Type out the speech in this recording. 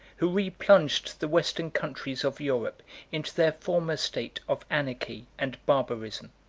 who replunged the western countries of europe into their former state of anarchy and barbarism.